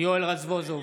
יואל רזבוזוב,